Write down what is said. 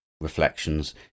reflections